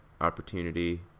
opportunity